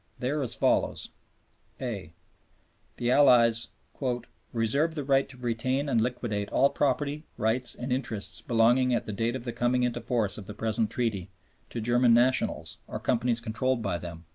they are as follows the allies reserve the right to retain and liquidate all property, rights and interests belonging at the date of the coming into force of the present treaty to german nationals, or companies controlled by them,